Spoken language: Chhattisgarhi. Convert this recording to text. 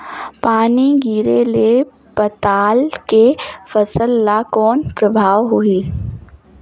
पानी गिरे ले पताल के फसल ल कौन प्रभाव होही?